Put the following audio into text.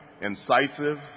incisive